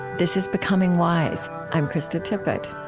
this is becoming wise. i'm krista tippett